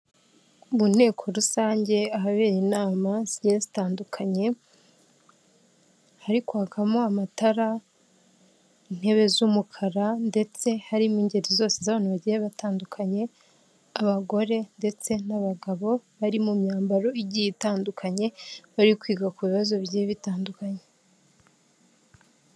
Mu nteko rusange ahabera inama zigiye zitandukanye, ariko hakabamo amatara, intebe z'umukara, ndetse harimo ingeri zose z'abantu bagiye batandukanye abagore ndetse n'abagabo bari mu myambaro igiye itandukanye bari kwiga ku bibazo bigiye bitandukanye.